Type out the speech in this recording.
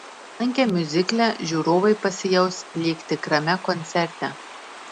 apsilankę miuzikle žiūrovai pasijaus lyg tikrame koncerte